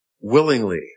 Willingly